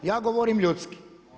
Ja govorim ljudski.